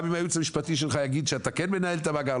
גם אם הייעוץ המשפטי שלך יגיד שאתה כן מנהל את המאגר,